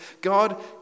God